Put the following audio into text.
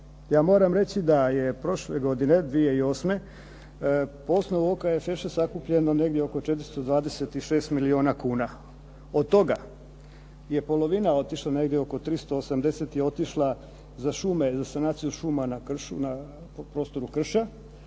Ja moram reći da je prošle godine 2008. po osnovu OKFŠ-a sakupljeno negdje oko 426 milijuna kuna. od toga je polovina otišla negdje oko 380 je otišla za šume, za sanaciju šuma na prostoru krša,